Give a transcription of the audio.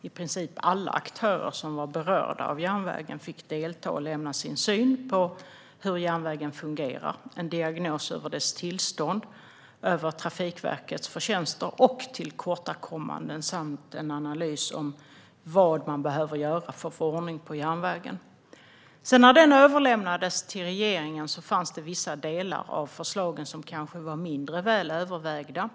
I princip alla aktörer som var berörda av järnvägen fick delta och lämna sin syn på hur järnvägen fungerar - en diagnos över dess tillstånd - och sin syn på Trafikverkets förtjänster och tillkortakommanden samt en analys av vad man behöver göra för att få ordning på järnvägen. När den sedan överlämnades till regeringen fanns det vissa av förslagen som kanske var mindre väl övervägda.